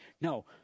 No